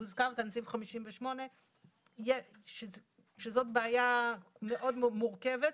הוזכר כאן סעיף 58. שזאת בעיה מאוד מורכבת,